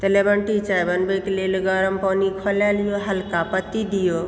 तऽ lemon tea चाय बनबऽ के लेल गरम पानी खौलाय लिऔ हल्का पत्ती दिऔ